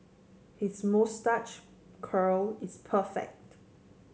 his moustache curl is perfect